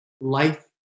life